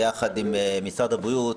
יחד עם משרד הבריאות,